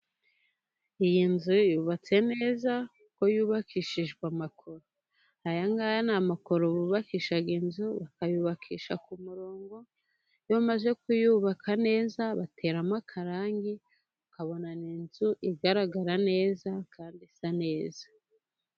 Iyi nzu yubatse neza kuko yubakishijwe amakoro. Aya ni amakoro bubahisha inzu bakayubakisha ku murongo iyo bamaze kuyubaka neza bateramo akarangi bakabona ni inzu igaragara neza kandi isa neza.